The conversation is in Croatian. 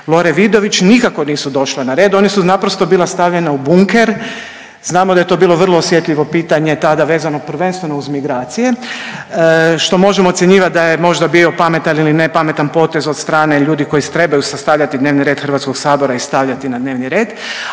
Lore Vidović nikako nisu došla na red, ona su naprosto bila stavljena u bunker. Znamo da je to bilo vrlo osjetljivo pitanje tada vezano prvenstveno uz migracije što možemo ocjenjivat da je možda bio pametan ili ne pametan potez od strane ljudi koji trebaju sastavljati dnevni red HS-a i stavljati na dnevni red,